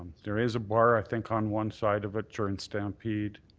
there is a bar, i think, on one side of it during stampede.